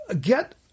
Get